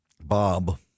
Bob